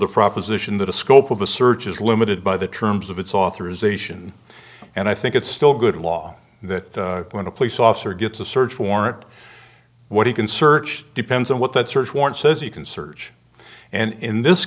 the proposition that a scope of a search is limited by the terms of its authorization and i think it's still good law that when a police officer gets a search warrant what you can search depends on what that search warrant says he can search and in this